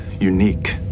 unique